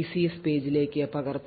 ECS പേജിലേക്ക് പകർത്തുന്നു